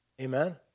Amen